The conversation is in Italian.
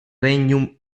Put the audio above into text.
regnum